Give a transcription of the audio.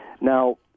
Now